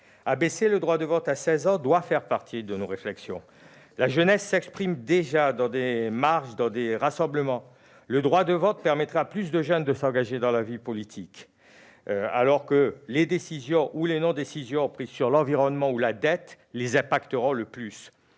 Abaisser le droit de vote à 16 ans doit faire partie de nos réflexions. La jeunesse s'exprime déjà dans les marches, dans les rassemblements. Le droit de vote permettrait à plus de jeunes de s'engager dans la vie politique, alors qu'ils sont les plus concernés par les décisions ou les non-décisions prises sur l'environnement ou la dette. En cette